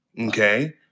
okay